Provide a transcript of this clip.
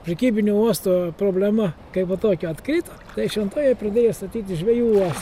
prekybinio uosto problema kaipo tokia atkrito tai šventojoj pradėjo statyti žvejų uos